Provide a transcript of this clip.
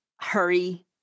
hurry